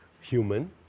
human